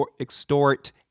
extort